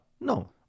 No